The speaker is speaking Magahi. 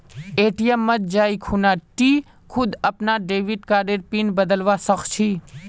ए.टी.एम मत जाइ खूना टी खुद अपनार डेबिट कार्डर पिन बदलवा सख छि